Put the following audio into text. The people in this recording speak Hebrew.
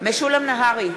משולם נהרי,